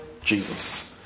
Jesus